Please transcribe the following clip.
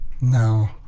No